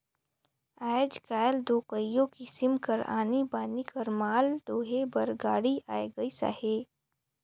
आएज काएल दो कइयो किसिम कर आनी बानी कर माल डोहे बर गाड़ी आए गइस अहे